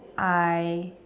I